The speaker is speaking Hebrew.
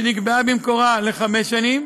שנקבעה במקורה לחמש שנים,